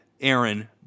Aaron